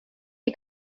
est